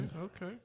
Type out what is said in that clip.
Okay